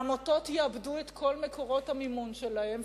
העמותות יאבדו את כל מקורות המימון שלהן,